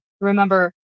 remember